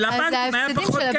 ולבנקים היה פחות כסף.